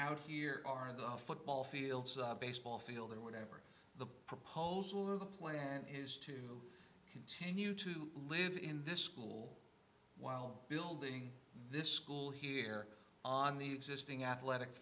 out here are the football fields the baseball field or whatever proposal or the plan is to continue to live in this school while building this school here on the existing athletic